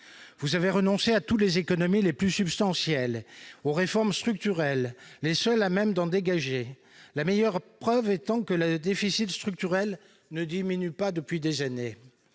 Vous avez renoncé à toutes les économies les plus substantielles et aux réformes structurelles, les seules à même d'en dégager. La meilleure preuve étant que le déficit structurel ne diminue pas depuis des années.